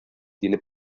tiene